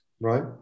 right